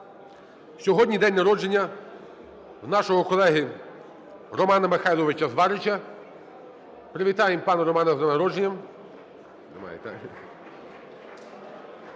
Сьогодні день народження у нашого колеги Романа Михайловича Зварича. Привітаємо пана Романа з днем народження!